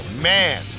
Man